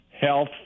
health